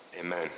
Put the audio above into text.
amen